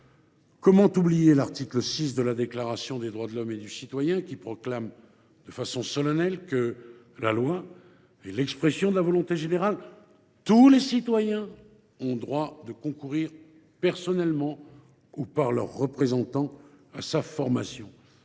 ». Enfin, l’article 6 de la Déclaration des droits de l’homme et du citoyen proclame de façon solennelle :« La loi est l’expression de la volonté générale. Tous les citoyens ont droit de concourir personnellement, ou par leurs représentants, à sa formation.